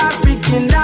African